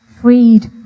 freed